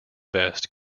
vest